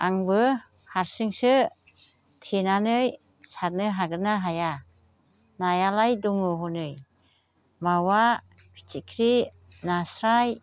आंबो हारसिंसो थेनानै सारनो हागोन ना हाया नायालाय दङ हनै मावा फिथिख्रि नास्राय